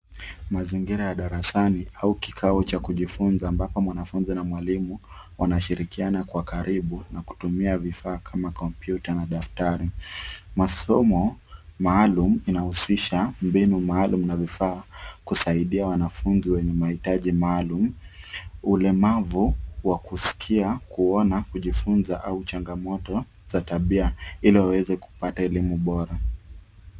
Mazingira ya darasani au kikao cha kujifunza ambapo mwanafunzi na mwalimu wanashirikiana kwa karibu na kutumia vifaa kama kompyuta na daftari. Masomo maalum inahusisha mbinu maalum na vifaa kusaidia wanafunzi wenye mahitaji maalum, ulemavu wa kusikia, kuona, kujifunza au changamoto za tabia ili waweze kupata elimu bora.